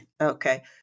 okay